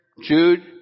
Jude